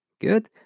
Good